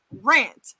rant